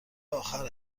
آخر